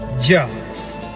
jobs